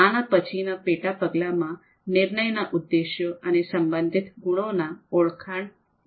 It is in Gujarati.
એના પછીના પેટા પગલામાં નિર્ણયના ઉદ્દેશો અને સંબંધિત ગુણોના ઓળખાણ વિશે છે